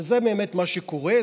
שזה באמת מה שקורה.